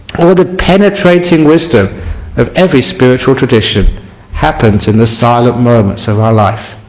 all the penetrating wisdom of every spiritual tradition happens in the silent moments of our lives.